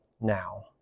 now